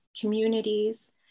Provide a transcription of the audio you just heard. communities